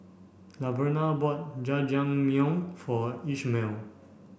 Laverna bought Jajangmyeon for Ishmael